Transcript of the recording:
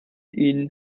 ihn